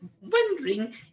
wondering